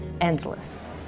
endless